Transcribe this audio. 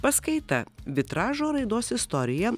paskaita vitražo raidos istorija